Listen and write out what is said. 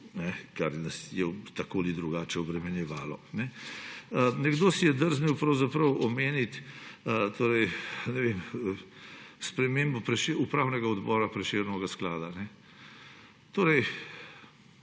kar nas je tako ali drugače obremenjevalo. Nekdo si je drznil omeniti spremembo upravnega odbora Prešernovega sklada.